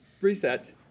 reset